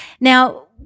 Now